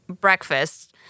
breakfast